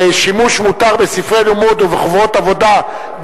איננו יכולים היום שלא לזכור ולהזכיר גם את מחויבותה של